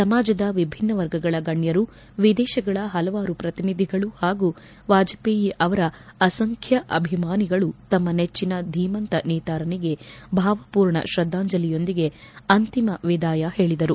ಸಮಾಜದ ವಿಭಿನ್ನ ವರ್ಗಗಳ ಗಣ್ಣರು ವಿದೇತಗಳ ಪಲವಾರು ಪ್ರತಿನಿಧಿಗಳು ಹಾಗೂ ವಾಜಪೇಯಿ ಅವರ ಅಸಂಖ್ಯ ಅಭಿಮಾನಿಗಳು ತಮ್ಮ ನೆಟ್ಟನ ಧೀಮಂತ ನೇತಾರನಿಗೆ ಭಾವಪೂರ್ಣ ಕ್ರದ್ಧಾಂಜಲಿಯೊಂದಿಗೆ ಅಂತಿಮ ವಿದಾಯ ಹೇಳಿದರು